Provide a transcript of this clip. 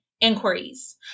Inquiries